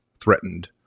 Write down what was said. threatened